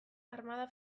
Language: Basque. armada